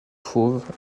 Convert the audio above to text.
fauve